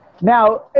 Now